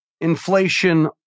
inflation